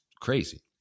crazy